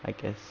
I guess